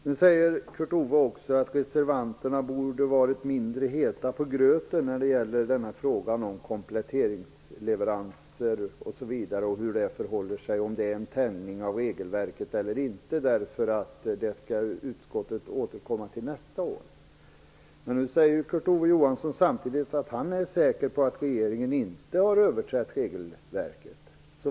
Nu säger Kurt Ove Johansson att reservanterna borde ha varit mindre heta på gröten när det gäller hur det förhåller sig med kompletteringsleveranser osv., om det är en uttänjning av regelverket eller inte, därför att utskottet skall återkomma till detta nästa år. Samtidigt säger han att han är säker på att regeringen inte har överträtt regelverket.